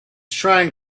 trying